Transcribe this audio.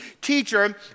teacher